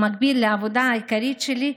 במקביל לעבודה העיקרית שלי,